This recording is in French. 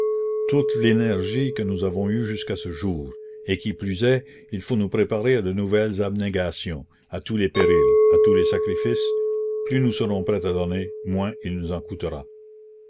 toute l'énergie que nous avons eus jusqu'à ce jour et qui plus est il faut nous préparer à de nouvelles abnégations à tous les périls à tous les sacrifices plus nous serons prêts à donner moins il nous en coûtera